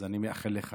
אני מאחל לך